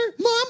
mom